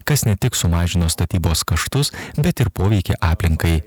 kas ne tik sumažino statybos kaštus bet ir poveikį aplinkai